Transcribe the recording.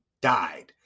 died